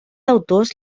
autors